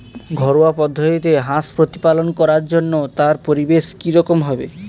ঘরোয়া পদ্ধতিতে হাঁস প্রতিপালন করার জন্য তার পরিবেশ কী রকম হবে?